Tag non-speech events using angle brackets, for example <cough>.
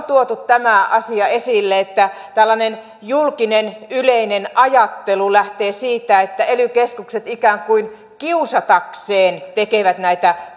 <unintelligible> tuotu tämä asia esille että tällainen julkinen yleinen ajattelu lähtee siitä että ely keskukset ikään kuin kiusatakseen tekevät näitä <unintelligible>